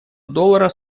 доллара